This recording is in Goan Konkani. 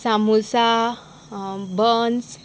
सामुसा बन्स